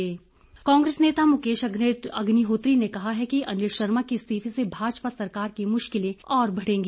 मुकेश अग्निहोत्री कांग्रेस नेता मुकेश अग्निहोत्री ने कहा है कि अनिल शर्मा के इस्तीफे से भाजपा सरकार की मुश्किले और बढ़ेंगी